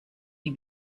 die